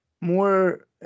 More